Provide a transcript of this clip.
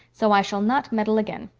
so i shall not meddle again.